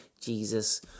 Jesus